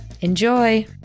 Enjoy